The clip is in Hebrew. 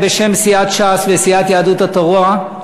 בשם סיעת ש"ס וסיעת יהדות התורה,